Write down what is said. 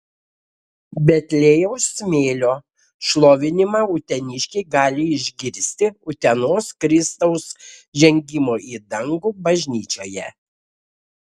betliejaus smėlio šlovinimą uteniškiai gali išgirsti utenos kristaus žengimo į dangų bažnyčioje